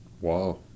Wow